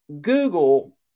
Google